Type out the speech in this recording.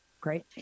Great